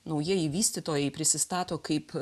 naujieji vystytojai prisistato kaip